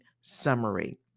summary